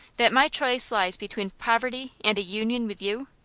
that my choice lies between poverty and a union with you?